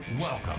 welcome